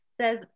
says